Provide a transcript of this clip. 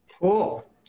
Cool